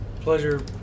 Pleasure